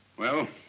well,